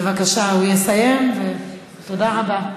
תודה רבה.